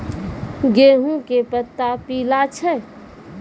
गेहूँ के पत्ता पीला छै?